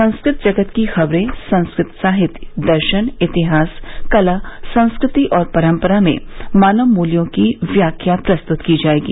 संस्कृत जगत की खबरें संस्कृत साहित्य दर्शन इतिहास कला संस्कृति और परम्परा में मानव मूल्यों की व्याख्या प्रस्तुत की जाएगी